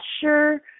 sure